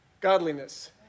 godliness